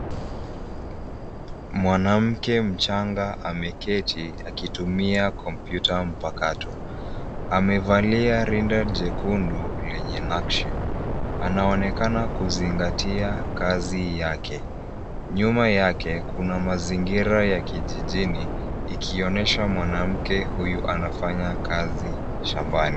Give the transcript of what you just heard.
Mwanamke mchanga ameketi akitumia kompyuta mpakato. Amevalia rinda jekundu lenye nakshi. Anaonekana kuzingatia kazi yake. Nyuma yake kuna mazingira ya kijijini ikionyesha mwanamke huyu anafanya kazi shambani.